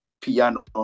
piano